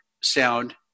sound